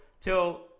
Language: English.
till